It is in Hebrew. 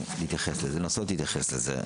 לנסות להתייחס לזה.